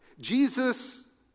Jesus